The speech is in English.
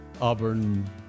Auburn